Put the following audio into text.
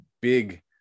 big